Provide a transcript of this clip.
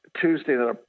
Tuesday